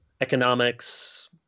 economics